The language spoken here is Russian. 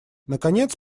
наконец